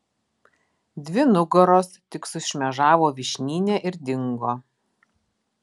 dvi nugaros tik sušmėžavo vyšnyne ir dingo